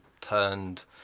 turned